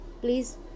Please